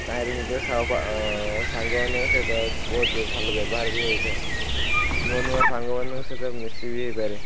ତାହିଁରେ ନିଜ ସାଙ୍ଗମାନଙ୍କ ସହିତ ବହୁତ ଭଲ ବ୍ୟବହାର ବି ହୋଇଥାଏ ନୂଆ ନୂଆ ସାଙ୍ଗମାନଙ୍କ ସହିତ ମିଶି ବି ହେଇପାରେ